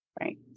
Right